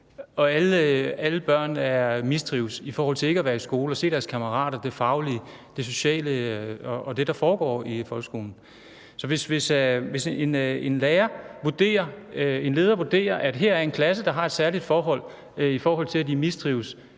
at alle børn mistrives i forhold til ikke at være i skole og se deres kammerater og i forhold til det faglige, det sociale; det, der foregår i folkeskolen? Så hvis en lærer, en leder vurderer, at her er en klasse, hvor der er særlige forhold, i forhold til at de mistrives,